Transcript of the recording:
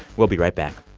we'll be right back